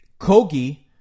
Kogi